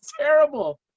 terrible